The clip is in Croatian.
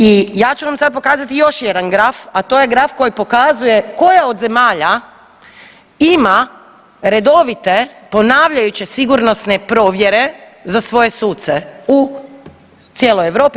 I ja ću vam sada pokazati još jedan graf, a to je graf koji pokazuje koja od zemalja ima redovite ponavljajuće sigurnosne provjere za svoje suce u cijeloj Europi.